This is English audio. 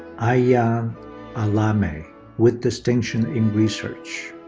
ah yeah alame with distinction in research.